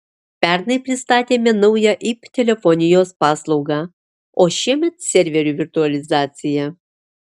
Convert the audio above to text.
pernai pristatėme naują ip telefonijos paslaugą o šiemet serverių virtualizaciją